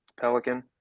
Pelican